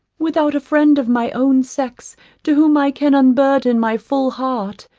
without a friend of my own sex to whom i can unburthen my full heart,